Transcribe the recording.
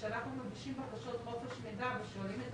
שכשאנחנו מגישים בקשות חופש מידע ושואלים את